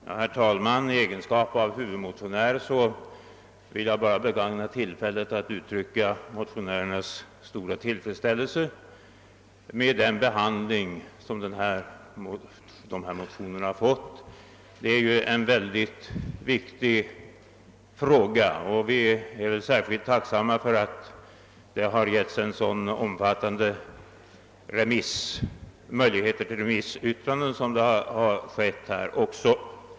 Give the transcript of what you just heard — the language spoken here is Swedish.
Herr talman! I egenskap av huvudmotionär vill jag begagna tillfället att uttrycka motionärernas stora tillfredsställelse med den behandling som denna motion har fått. Det är ju en mycket viktig fråga som tas upp där. Vi är särskilt tacksamma för att så många remissinstanser har fått yttra sig.